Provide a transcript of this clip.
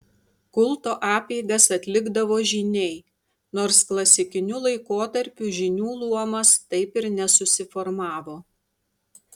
kulto apeigas atlikdavo žyniai nors klasikiniu laikotarpiu žynių luomas taip ir nesusiformavo